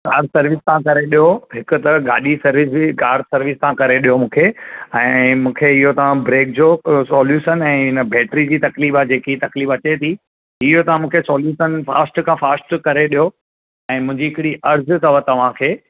हा सर्विस तव्हां करे ॾियो हिकु त गाॾी सर्विस ॿी कार सर्विस सां करे ॾियो मूंखे ऐं मूंखे इहो तव्हां ब्रेक जो सॉल्यूशन ऐं हिन बैट्री जी तकलीफ़ु आहे जेकी तकलीफ़ु अचेथी इहो तव्हां मूंखे सॉल्यूशन फास्ट खां फास्ट करे ॾियो ऐं मुंहिंजी हिकिड़ी अर्ज़ु अथव तव्हां खे